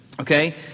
Okay